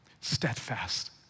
Steadfast